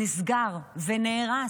נסגר ונהרס.